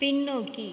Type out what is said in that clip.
பின்னோக்கி